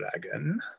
dragon